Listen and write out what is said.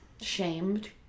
Shamed